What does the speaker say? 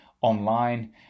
online